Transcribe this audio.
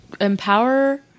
Empower